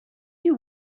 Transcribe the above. you